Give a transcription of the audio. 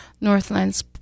Northland's